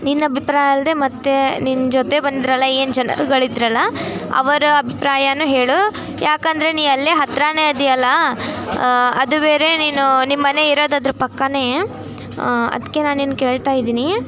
ನಿನ್ನ ಅಭಿಪ್ರಾಯ ಅಲ್ಲದೇ ಮತ್ತೆ ನಿನ್ನ ಜೊತೆ ಬಂದರಲ್ಲಾ ಏನು ಜನರುಗಳು ಇದ್ರಲ್ಲಾ ಅವರ ಅಭಿಪ್ರಾಯನು ಹೇಳು ಯಾಕೆಂದ್ರೆ ನೀ ಅಲ್ಲೇ ಹತ್ತಿರಾನೇ ಇದ್ಯಲ್ಲ ಅದು ಬೇರೆ ನೀನು ನಿಮ್ಮ ಮನೆ ಇರೋದು ಅದ್ರ ಪಕ್ಕನೇ ಅದಕ್ಕೆ ನಾನು ನಿನ್ಗೆ ಕೇಳ್ತಾ ಇದ್ದೀನಿ